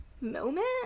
moment